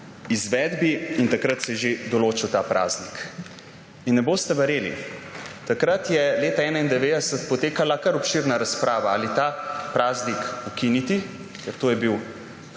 izvedbi in takrat se je že določil ta praznik. Ne boste verjeli, takrat leta 1991 je potekala kar obširna razprava, ali ta praznik ukiniti, ker je bil